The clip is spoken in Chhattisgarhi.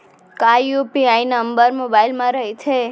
का यू.पी.आई नंबर मोबाइल म रहिथे?